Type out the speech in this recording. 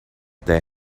they